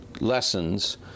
lessons